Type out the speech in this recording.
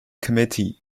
committee